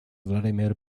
vladimir